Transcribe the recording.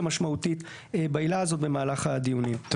משמעותית בעילה הזאת במהלך הדיונים.